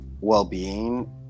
well-being